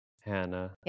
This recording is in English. Hannah